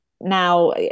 now